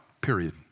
period